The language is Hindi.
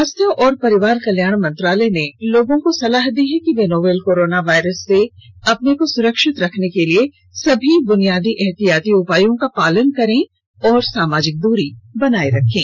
स्वास्थ्य और परिवार कल्याण मंत्रालय ने लोगों को सलाह दी है कि वे नोवल कोरोना वायरस से अपने को सुरक्षित रखने के लिए सभी बुनियादी एहतियाती उपायों का पालन करें और सामाजिक दूरी बनाए रखें